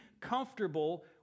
comfortable